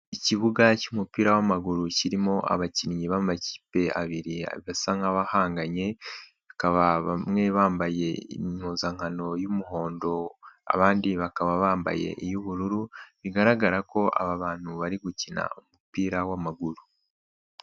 Ikibuga cy'umupira w'amaguru kirimo abakinnyi b'amakipe abiri asa nk'abahanganye, akaba bamwe bambaye impuzankano y'umuhondo, abandi bakaba bambaye iy'ubururu, bigaragara ko aba bantu bari gukina umupira w'amaguru.